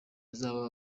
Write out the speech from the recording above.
uzaba